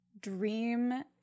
dream